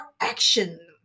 action